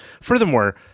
Furthermore